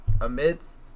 amidst